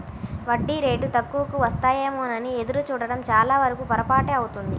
వడ్డీ రేటు తక్కువకు వస్తాయేమోనని ఎదురు చూడడం చాలావరకు పొరపాటే అవుతుంది